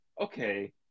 okay